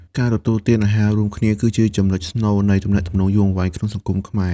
ការទទួលទានអាហាររួមគ្នា គឺជា «ចំណុចស្នូល» នៃទំនាក់ទំនងយូរអង្វែងក្នុងសង្គមខ្មែរ។